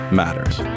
matters